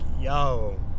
yo